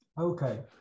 Okay